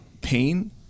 pain